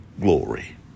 glory